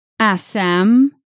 Assam